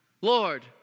Lord